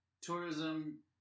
tourism